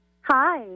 Hi